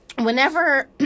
whenever